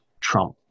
Trump